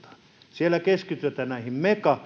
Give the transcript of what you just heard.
siellä keskitytään näihin megaluokan